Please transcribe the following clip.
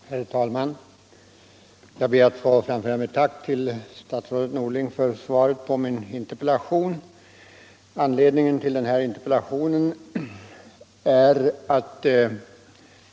Herr talman! Jag ber att få framföra mitt tack till statsrådet Norling för svaret på min interpellation.